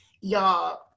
Y'all